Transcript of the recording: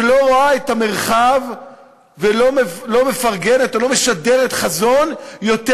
שלא רואה את המרחב ולא משדרת חזון יותר